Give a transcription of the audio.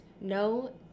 no